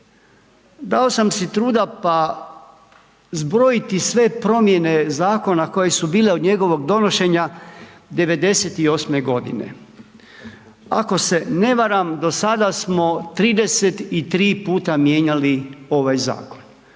Dao sam si truda, pa zbrojiti sve promjene zakona, koji su bile od njegovog donošenja '98. g. ako se ne varam, do sada smo 33 puta mijenjali ovaj zakon.